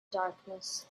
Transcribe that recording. darkness